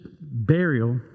burial